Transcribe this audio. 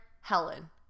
Helen